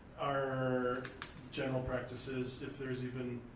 our general practices, if there's even